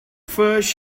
first